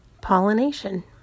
pollination